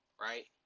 right